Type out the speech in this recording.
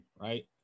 right